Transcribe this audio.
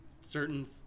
certain